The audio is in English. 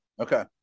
Okay